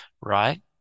right